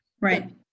Right